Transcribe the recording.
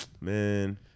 man